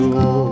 go